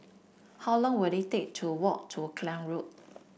how long will it take to walk to Klang Road